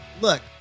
look